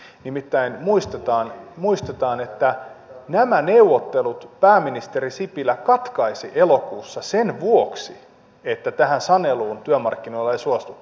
se on uutinen nimittäin muistetaan että nämä neuvottelut pääministeri sipilä katkaisi elokuussa sen vuoksi että tähän saneluun työmarkkinoilla ei suostuttu